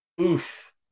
Oof